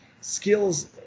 skills